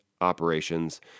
operations